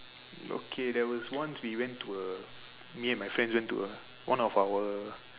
okay there was once we went to a me and my friends went to a one of our